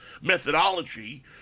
methodology